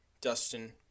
Dustin